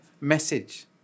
message